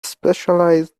specialized